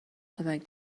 کمک